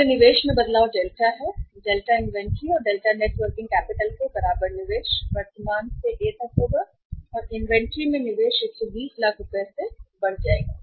इसलिए निवेश में बदलाव डेल्टा है डेल्टा इन्वेंट्री और डेल्टा नेट वर्किंग कैपिटल के बराबर निवेश वर्तमान से ए तक होगा इन्वेंट्री में निवेश में 120 लाख की बढ़ोतरी होगी